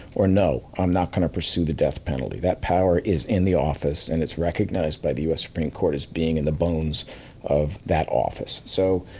or, no, i'm gonna pursue the death penalty. that power is in the office, and it's recognized by the u. s. supreme court as being in the bones of that office. so,